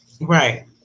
Right